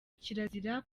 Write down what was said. kirazira